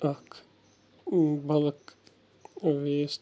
اَکھ block waste